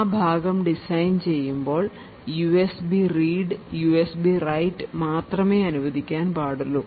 ആ ഭാഗം ഡിസൈൻ ചെയ്യുമ്പോൾ USB read USB write USB Read USB write മാത്രമേ അനുവദിക്കാൻ പാടുള്ളൂ